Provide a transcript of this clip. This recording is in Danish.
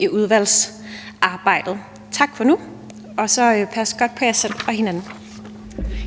i udvalgsarbejdet. Tak for nu, og pas godt på jer selv og hinanden.